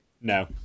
No